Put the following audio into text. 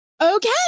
okay